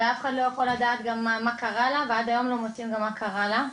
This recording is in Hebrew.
ואף אחד לא יכול לדעת גם מה קרה לה ועד היום לא מוצאים גם מה קרה לה.